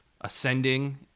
ascending